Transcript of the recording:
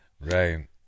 Right